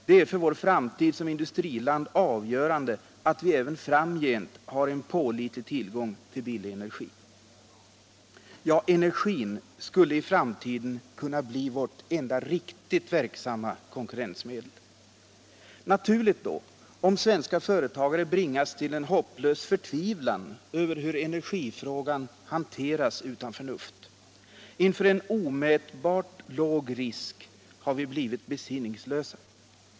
Det är för vår framtid som industriland avgörande att vi även framgent har en pålitlig tillgång till billig energi. Energin skulle i framtiden kunna bli vårt enda verksamma konkurrensmedel. Det är naturligt om svenska företagare skulle tvingas till en hopplös förtvivlan över hur energifrågan hanteras utan förnuft. Inför en omätbart låg risk har vi blivit besinningslösa.